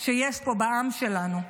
שיש פה בעם שלנו,